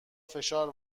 فشار